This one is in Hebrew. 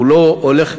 הוא לא הולך,